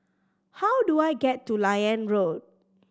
how do I get to Liane Road